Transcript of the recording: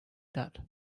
that